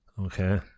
Okay